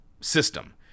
system